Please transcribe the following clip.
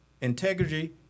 integrity